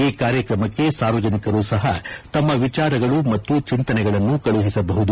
ಈ ಕಾರ್ಯತ್ರಮಕ್ಕೆ ಸಾರ್ವಜನಿಕರು ಸಹ ತಮ್ಮ ವಿಚಾರಗಳು ಮತ್ತು ಚಿಂತನೆಗಳನ್ನು ಕಳುಹಿಸಬಹುದು